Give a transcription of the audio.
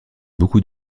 beaucoup